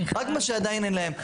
רק מה שעדיין אין להם.